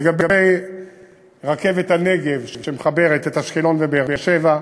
לגבי רכבת הנגב, שמחברת את אשקלון לבאר-שבע,